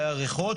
שהיה ריחות,